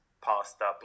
pasta